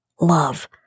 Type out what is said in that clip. Love